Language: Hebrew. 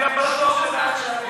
אל תיתן להם שום מחשבות נוספות.